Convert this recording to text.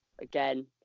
again